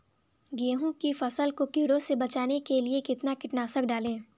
गेहूँ की फसल को कीड़ों से बचाने के लिए कितना कीटनाशक डालें?